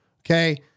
Okay